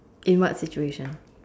in what situation